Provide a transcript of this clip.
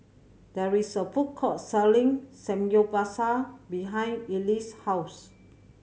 there is a food court selling Samgyeopsal behind Eliseo's house